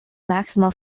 maximal